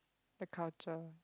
the culture